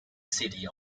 city